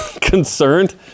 concerned